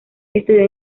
estudió